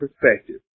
perspective